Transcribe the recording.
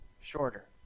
shorter